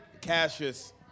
Cassius